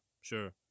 sure